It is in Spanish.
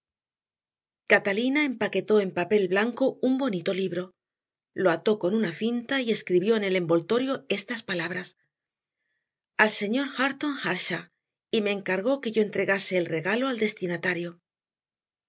catalina empaquetó en papel blanco un bonito libro lo ató con una cinta escribió en el envoltorio estas palabras al señor hareton earnshaw y me encargó que yo entregase el regalo al destinatario